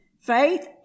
Faith